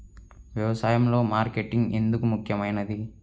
వ్యసాయంలో మార్కెటింగ్ ఎందుకు ముఖ్యమైనది?